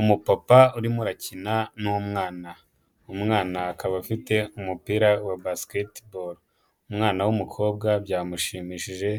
Umupapa urimo urakina n'umwana. Umwana akaba afite umupira wa Basketball. Umwana w'umukobwa byamushimishije